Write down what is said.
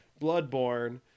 Bloodborne